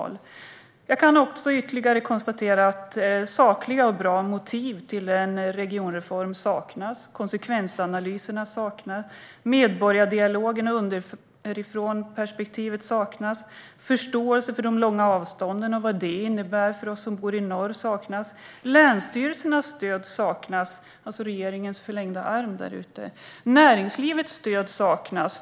Jag kan också konstatera att sakliga och bra motiv till en regionreform saknas. Konsekvensanalyserna saknas. Medborgardialogen och underifrånperspektivet saknas. Förståelse för de långa avstånden och vad detta innebär för oss som bor i norr saknas. Stödet från länsstyrelserna, alltså regeringens förlängda arm, saknas. Näringslivets stöd saknas.